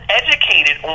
educated